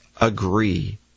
agree